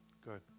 good